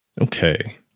okay